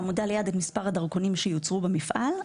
בעמודה ליד את מספר הדרכונים שיוצרו במפעל.